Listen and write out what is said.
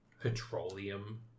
petroleum